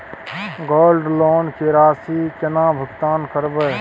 Gold loan के राशि केना भुगतान करबै?